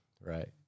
Right